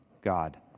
God